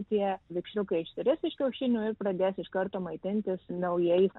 tie vikšriukai išsiris iš kiaušinių ir pradės iš karto maitintis naujais